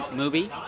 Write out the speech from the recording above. movie